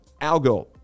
algo